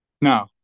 No